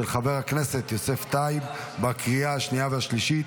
של חבר הכנסת יוסף טייב, בקריאה השנייה והשלישית.